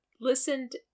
listened